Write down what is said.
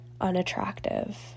unattractive